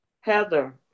Heather